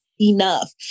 enough